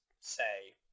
say